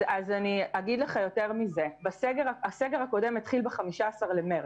הסגר הראשון התחיל ב-15 במרץ,